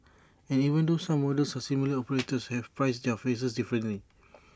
and even though some models are similar operators have priced their fares differently